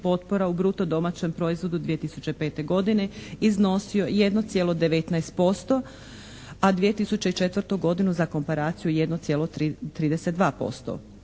potpora u bruto domaćem proizvodu 2005. godine iznosio 1,19% a 2004. godinu za komparaciju 1,32%.